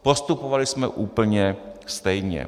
Postupovali jsme úplně stejně.